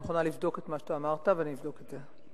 אני מוכנה לבדוק את מה שאמרת, ואני אבדוק את זה.